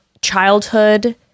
childhood